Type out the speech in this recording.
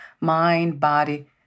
mind-body